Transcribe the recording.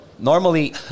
normally